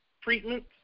treatments